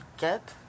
get